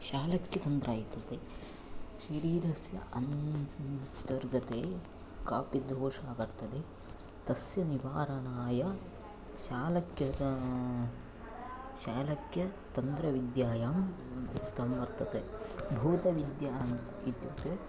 शालक्यतन्त्रम् इत्युक्ते शरीरस्य अन्तर्गते कापि दोषः वर्तते तस्य निवारणाय शालक्य शालक्य तन्त्रविद्यायाम् उक्तं वर्तते भूतविद्या इत्युक्ते